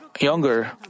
younger